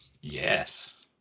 Yes